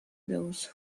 those